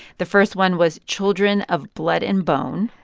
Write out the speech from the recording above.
the first one was children of blood and bone.